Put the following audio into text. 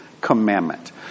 commandment